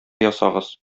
ясагыз